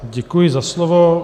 Děkuji za slovo.